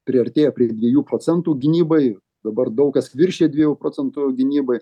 priartėjo prie dviejų procentų gynybai dabar daug kas viršija dviejų procentų gynybai